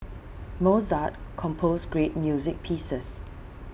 Mozart composed great music pieces